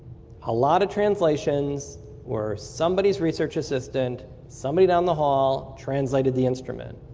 a lot of translation where somebody's research assistant, somebody down the hall translated the instrument.